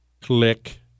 Click